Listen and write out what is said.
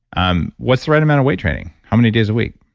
um what's the right amount of weight training? how many days a week?